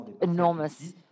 enormous